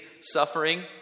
suffering